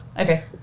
Okay